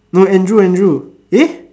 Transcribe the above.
no Andrew Andrew eh